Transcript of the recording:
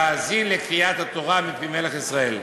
להאזין לקריאת התורה מפי מלך ישראל.